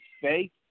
fake